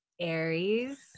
Aries